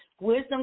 Wisdom